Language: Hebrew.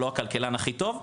לא הכלכלן הכי טוב,